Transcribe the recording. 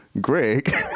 Greg